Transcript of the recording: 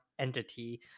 entity